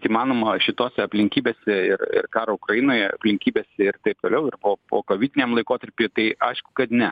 įmanoma šitose aplinkybėse ir ir karo ukrainoje aplinkybes ir taip toliau ir po pokoviniam laikotarpy tai aišku kad ne